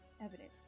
evidence